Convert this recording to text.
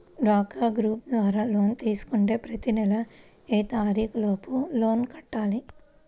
డ్వాక్రా గ్రూప్ ద్వారా లోన్ తీసుకుంటే ప్రతి నెల ఏ తారీకు లోపు లోన్ కట్టాలి?